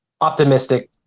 optimistic